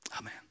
Amen